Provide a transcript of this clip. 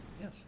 Yes